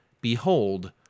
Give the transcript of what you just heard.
behold